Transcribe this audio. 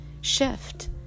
shift